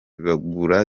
bagura